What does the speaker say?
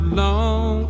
long